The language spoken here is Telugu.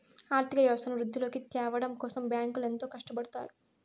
ఆర్థిక వ్యవస్థను వృద్ధిలోకి త్యావడం కోసం బ్యాంకులు ఎంతో కట్టపడుతాయి